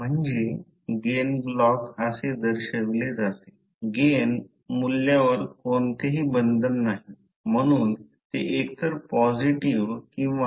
तर B 0 H B ही flux density आहे ते 0 H आहे आणि ते वेबर पर मीटर स्क्वेअर आहे किंवा टेस्ला हे युनिट आहे